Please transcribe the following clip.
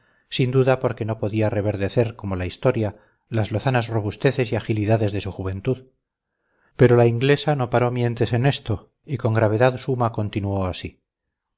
sin duda porque no podía reverdecer como la historia las lozanas robusteces y agilidades de su juventud pero la inglesa no paró mientes en esto y con gravedad suma continuó así